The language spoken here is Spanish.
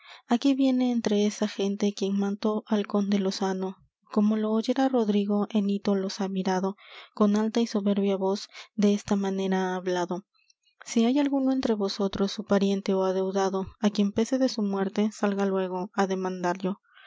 aquí viene entre esa gente quien mató al conde lozano como lo oyera rodrigo en hito los ha mirado con alta y soberbia voz desta manera ha hablado si hay alguno entre vosotros su pariente ó adeudado á quien pese de su muerte salga luégo á demandallo